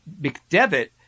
McDevitt